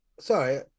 Sorry